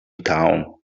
town